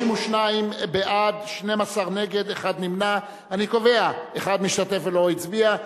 32 בעד, 12 נגד, אחד נמנע, אחד משתתף ולא הצביע.